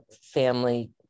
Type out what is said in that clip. family